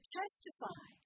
testify